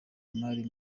imari